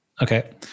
Okay